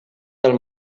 del